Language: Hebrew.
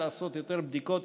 לעשות יותר בדיקות,